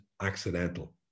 accidental